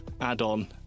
add-on